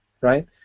right